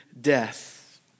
death